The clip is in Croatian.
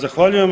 Zahvaljujem.